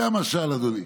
זה המשל, אדוני.